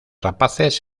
rapaces